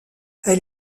elle